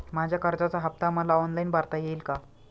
माझ्या कर्जाचा हफ्ता मला ऑनलाईन भरता येईल का?